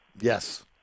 Yes